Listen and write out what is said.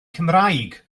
cymraeg